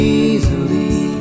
easily